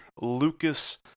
Lucas